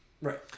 Right